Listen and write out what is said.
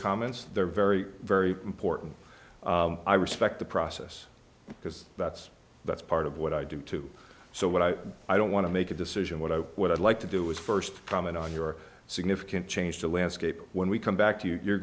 comments they're very very important i respect the process because that's that's part of what i do too so what i i don't want to make a decision what i what i'd like to do is st comment on your significant change the landscape when we come back to you you're